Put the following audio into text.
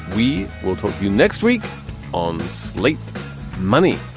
we will talk to you next week on slate money